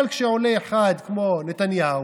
אבל כשעולה אחד כמו נתניהו,